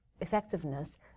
effectiveness